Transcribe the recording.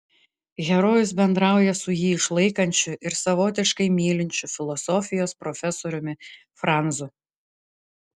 herojus bendrauja su jį išlaikančiu ir savotiškai mylinčiu filosofijos profesoriumi franzu